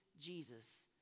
Jesus